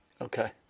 Okay